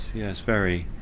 yes, very.